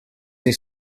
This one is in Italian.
nei